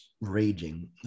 raging